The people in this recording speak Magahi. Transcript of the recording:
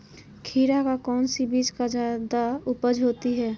खीरा का कौन सी बीज का जयादा उपज होती है?